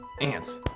Ants